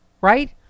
right